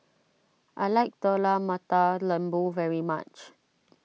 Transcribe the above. I like Telur Mata Lembu very much